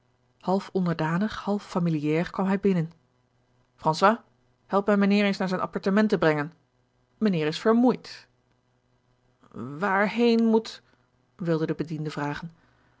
half onderdanig half familiaar kwam hij binnen françois help mij mijnheer eens naar zijne appartementen brengen mijnheer is vermoeid waarheen moet wilde de bediende vragen